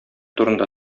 турында